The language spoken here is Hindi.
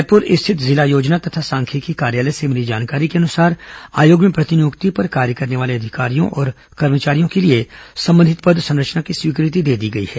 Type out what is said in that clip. रायपुर स्थित जिला योजना तथा सांख्यिकी कार्यालय से मिली जानकारी के अनुसार आयोग में प्रतिनियुक्ति पर कार्य करने वाले अधिकारियों और कर्मचारियों के लिए संबंधित पद संरचना की स्वीकृति दे दी गई है